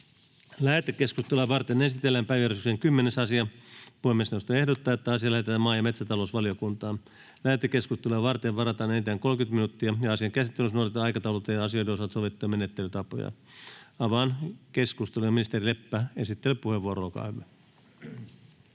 Lähetekeskustelua varten esitellään päiväjärjestyksen 9. asia. Puhemiesneuvosto ehdottaa, että asia lähetetään maa- ja metsätalousvaliokuntaan. Lähetekeskustelua varten varataan enintään 30 minuuttia. Asian käsittelyssä noudatetaan aikataulutettujen asioiden osalta sovittuja menettelytapoja. Avaan keskustelun. Ministeri Leppä, esittelypuheenvuoro, olkaa